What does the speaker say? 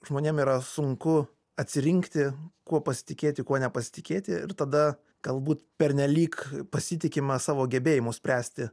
žmonėm yra sunku atsirinkti kuo pasitikėti kuo nepasitikėti ir tada galbūt pernelyg pasitikima savo gebėjimu spręsti